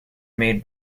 made